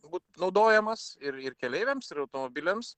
būt naudojamas ir ir keleiviams ir automobiliams